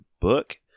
book